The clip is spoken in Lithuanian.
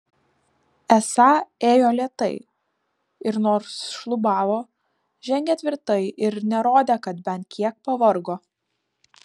esą ėjo lėtai ir nors šlubavo žengė tvirtai ir nerodė kad bent kiek pavargo